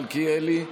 חבר הכנסת מלכיאלי,